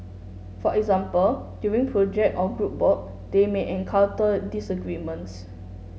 for example during project or group work they may encounter disagreements